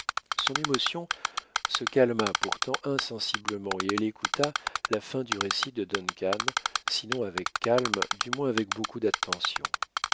son émotion se calma pourtant insensiblement et elle écouta la fin du récit de duncan sinon avec calme du moins avec beaucoup d'attention